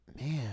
Man